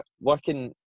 working